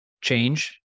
change